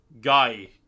Guy-